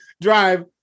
Drive